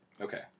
Okay